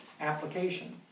application